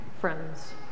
friends